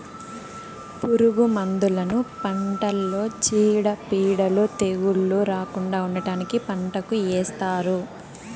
పురుగు మందులను పంటలో చీడపీడలు, తెగుళ్ళు రాకుండా ఉండటానికి పంటకు ఏస్తారు